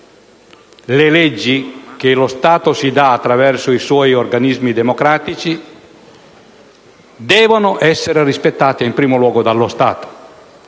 le leggi, che lo Stato si dà attraverso i suoi organismi democratici, devono essere rispettate in primo luogo dallo Stato.